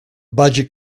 budget